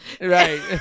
Right